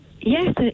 Yes